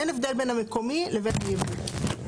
אין הבדל בין המקומי לבין ייבוא.